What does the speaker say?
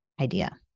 idea